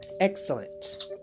Excellent